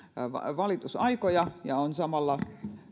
valitusaikoja ja on samalla